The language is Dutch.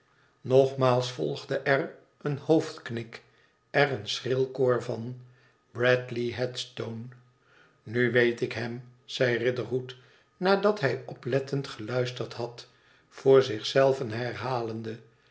nogmaals volgde er een hoofdknik er een schril koor van bradley headstone nu weet ik hem zei riderhood nadat hij oplettend geluisterd had voor zich zelven herhalende